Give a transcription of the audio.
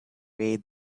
way